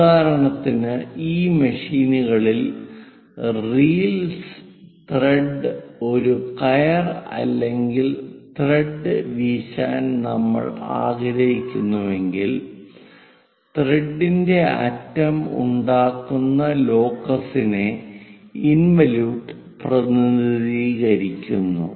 ഉദാഹരണത്തിന് ഈ മെഷീനുകളിൽ റീൽസ് ത്രെഡിൽ ഒരു കയർ അല്ലെങ്കിൽ ത്രെഡ് വീശാൻ നമ്മൾ ആഗ്രഹിക്കുന്നുവെങ്കിൽ ത്രെഡിന്റെ അറ്റം ഉണ്ടാക്കുന്ന ലോക്കസിനെ ഇൻവലിയൂട്ട് പ്രതിനിധീകരിക്കുന്നു